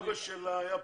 אבא שלה היה פרופסור,